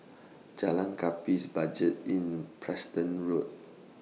Jalan Gapis Budget Inn Preston Road